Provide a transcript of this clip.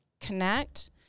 connect